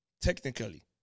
technically